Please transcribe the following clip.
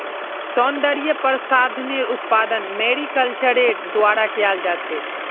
सौन्दर्य प्रसाधनेर उत्पादन मैरीकल्चरेर द्वारा कियाल जा छेक